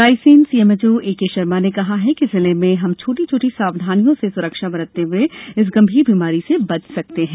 Raisen CMHO A K Sharma ने कहा है कि जिले में हम छोटी छोटी सावधानियों से सुरक्षा बरतते हुए इस गंभीर बीमारी से बच सकते हैं